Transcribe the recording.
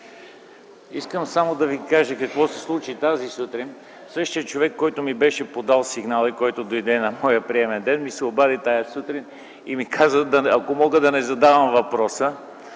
Искам само да Ви кажа какво се случи тази сутрин. Същият човек, който ми беше подал сигнала и дойде в моя приемен ден, ми се обади тая сутрин и ми каза, ако мога да не задавам въпроса